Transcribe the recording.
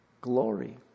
glory